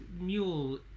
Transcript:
Mule